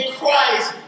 Christ